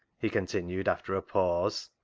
he continued after a pause.